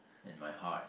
in my heart